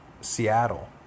Seattle